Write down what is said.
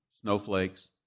snowflakes